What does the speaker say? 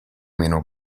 meno